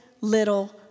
little